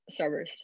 Starburst